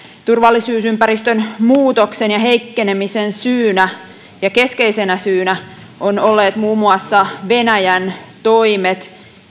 turvallisuusympäristön muutoksen ja heikkenemisen keskeisenä syynä ovat olleet muun muassa venäjän toimet